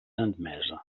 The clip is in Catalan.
admesa